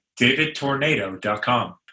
davidtornado.com